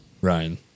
Ryan